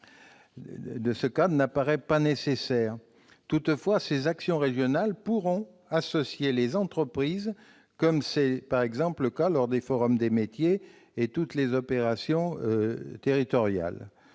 de ce cadre n'apparaît pas nécessaire. Toutefois, ces actions régionales pourront associer les entreprises, comme c'est le cas lors des forums des métiers et de toutes les opérations territoriales.